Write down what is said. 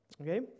Okay